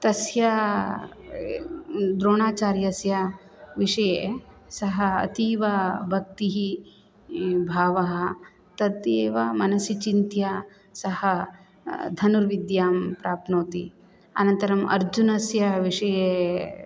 तस्य द्रोणाचार्यस्य विषये सः अतीव भक्तिः भावः तत् एव मनसि चिन्त्या सः धनुर्विद्यां प्राप्नोति अनन्तरम् अर्जुनस्य विषये